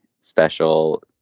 special